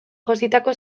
jositako